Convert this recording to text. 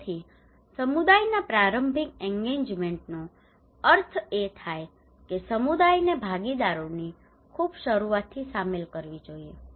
તેથી સમુદાયના પ્રારંભિક એન્ગેજમેન્ટનો અર્થ એ થાય કે સમુદાયને ભાગીદારીઓની ખુબ શરૂઆતથી સામેલ કરવી જોઇએ